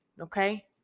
okay